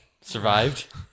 Survived